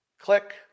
Click